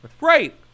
right